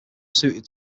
suited